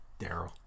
Daryl